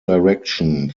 direction